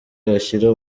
ashyira